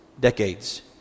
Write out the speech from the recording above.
decades